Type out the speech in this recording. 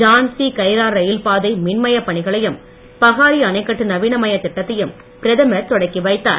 ஜான்சி கைரார் ரயில் பாதை மின்மயப் பணிகளையும் பஹாரி அணைக்கட்டு நவீனமயத் திட்டத்தையும் பிரதமர் தொடக்கிவைத்தார்